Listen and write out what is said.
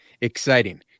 exciting